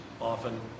often